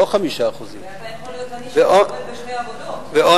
לא 5%. ואתה יכול להיות עני כשאתה עובד בשתי עבודות עדיין.